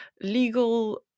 legal